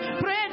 Pray